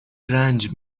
رنج